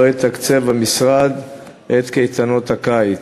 לא יתקצב המשרד את קייטנות הקיץ.